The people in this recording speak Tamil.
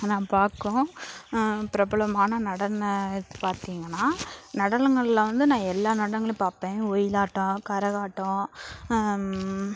நான் பார்க்கும் பிரபலமான நடன பார்த்திங்கன்னா நடனங்களில் வந்து நான் எல்லா நடனங்களும் பாப்பேன் ஒயிலாட்டம் கரகாட்டம்